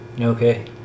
Okay